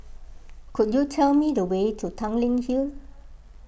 could you tell me the way to Tanglin Hill